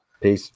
Peace